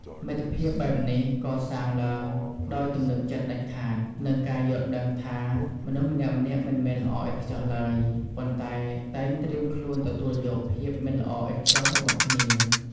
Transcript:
មិត្តភាពបែបនេះ កសាងឡើងដោយ ទំនុកចិត្តដាច់ខាត និងការយល់ដឹងថា មនុស្សម្នាក់ៗមិនមែនល្អឥតខ្ចោះឡើយ ប៉ុន្តែតែងត្រៀមខ្លួនទទួលយកភាពមិនល្អឥតខ្ចោះរបស់គ្នា។